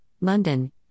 London